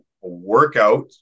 workout